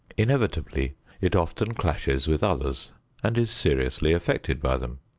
inevitably it often clashes with others and is seriously affected by them.